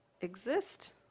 exist